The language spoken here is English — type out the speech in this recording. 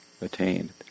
attained